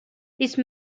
these